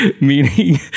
meaning